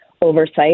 oversight